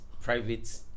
private